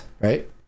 right